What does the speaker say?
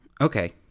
Okay